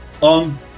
on